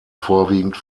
vorwiegend